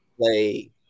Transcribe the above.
play